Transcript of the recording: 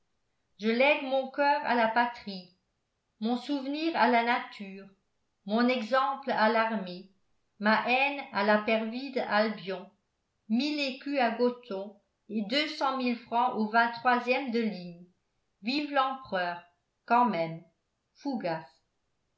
je lègue mon coeur à la patrie mon souvenir à la nature mon exemple à l'armée ma haine à la perfide albion mille écus à gothon et deux cent mille francs au ème de ligne vive l'empereur quand même fougas